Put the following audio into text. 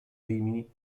rimini